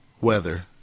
Weather